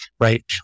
right